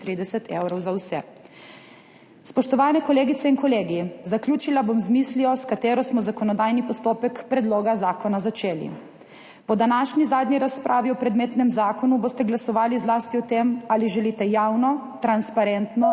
za vse. Spoštovane kolegice in kolegi! Zaključila bom z mislijo, s katero smo zakonodajni postopek predloga zakona začeli. Po današnji zadnji razpravi o predmetnem zakonu boste glasovali zlasti o tem ali želite javno, transparentno